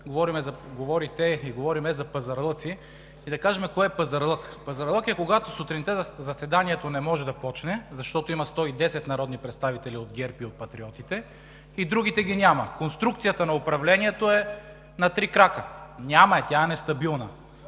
говорим за пазарлъци, да кажем кое е пазарлък. Пазарлък е, когато сутринта заседанието не може да започне, защото има 110 народни представители от ГЕРБ и от Патриотите, а другите ги няма. Конструкцията на управлението е на три крака – няма я, тя е нестабилна.